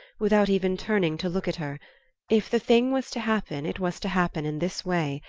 without even turning to look at her if the thing was to happen, it was to happen in this way,